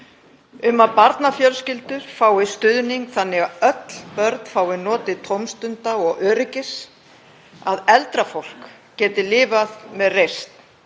um að barnafjölskyldur fái stuðning þannig að öll börn fái notið tómstunda og öryggis, að eldra fólk geti lifað með reisn,